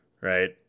right